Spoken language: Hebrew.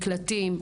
ממקלטים.